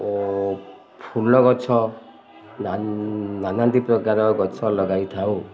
ଓ ଫୁଲ ଗଛ ନାନାଦି ପ୍ରକାର ଗଛ ଲଗାଇଥାଉ